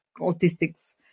autistics